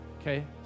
okay